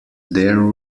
there